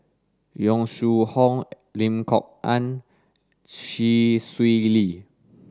Yong Shu Hoong Lim Kok Ann Chee Swee Lee